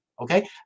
okay